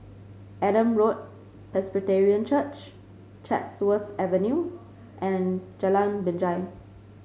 Adam Road Presbyterian Church Chatsworth Avenue and Jalan Binjai